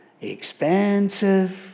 expensive